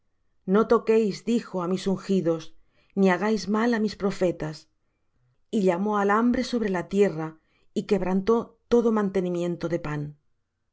no toquéis dijo á mis ungidos ni hagáis mal á mis profetas y llamó al hambre sobre la tierra y quebrantó todo mantenimiento de pan